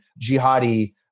jihadi